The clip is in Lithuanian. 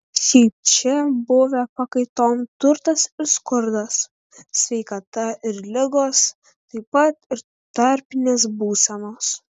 šiaip čia buvę pakaitom turtas ir skurdas sveikata ir ligos taip pat ir tarpinės būsenos